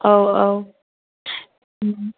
औ औ